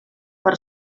per